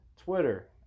Twitter